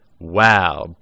Wow